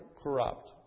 corrupt